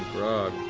grog.